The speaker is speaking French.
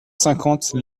cinquante